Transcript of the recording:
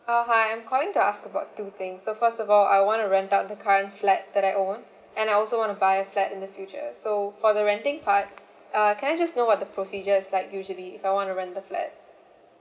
uh hi I'm calling to ask about two things so first of all I want to rent out the current flat that I own and I also want to buy a flat in the future so for the renting part uh can I just know what the procedure is like usually if I want to rent the flat